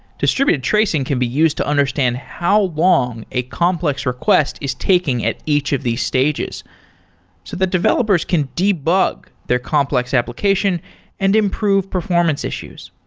distributed tracing can be used to understand how long a complex request is taking at each of these stages so the developers can debug their complex application and improve performance issues.